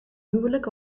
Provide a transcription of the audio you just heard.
huwelijk